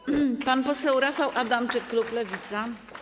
Pan poseł Rafał Adamczyk, klub Lewica.